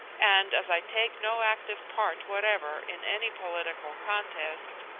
and as i take no active part whatever in any political contest,